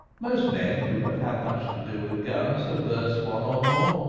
most men who have had much to do with guns have burst one or more.